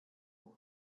code